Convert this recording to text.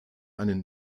einen